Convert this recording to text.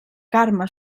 carme